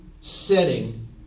Setting